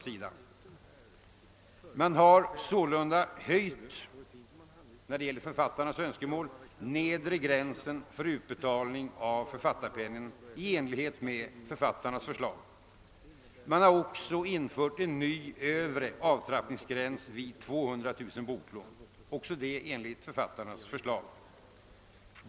När det gäller författarnas önskemål har man således höjt den nedre gränsen för utbetalning av författarpenningen i enlighet med författarnas förslag. Man har, också det i enlighet med författarnas förslag, infört en ny övre avtrappningsgräns vid 200 000 boklån.